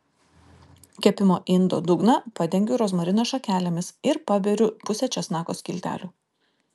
kepimo indo dugną padengiu rozmarino šakelėmis ir paberiu pusę česnako skiltelių